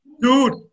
dude